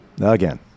again